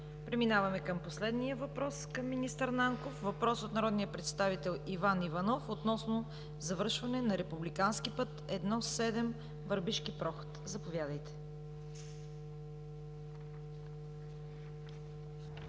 Преминаваме към последния въпрос към министър Нанков. Въпросът е от народния представител Иван Иванов относно завършване на Републикански път I-7 Върбишки проход. Заповядайте.